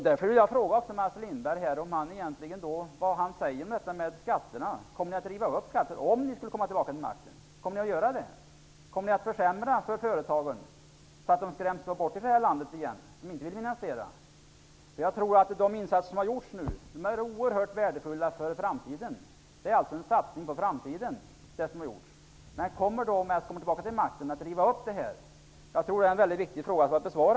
Därför vill jag fråga Mats Lindberg vad han anser om detta med skatterna. Om ni kommer tillbaka till makten, kommer ni att riva upp dessa skattesänkningar? Kommer ni att försämra för företagen, så att de skräms bort från landet igen? De insatser som nu har gjorts är oerhört värdefulla för framtiden. Man har alltså gjort en satsning för framtiden. Kommer ni att riva upp dessa beslut, om ni kommer tillbaka till makten? Detta är en väldigt viktigt fråga att besvara.